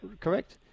correct